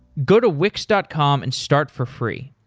go to wix dot com and start for free!